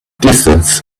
distance